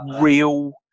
real